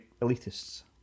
elitists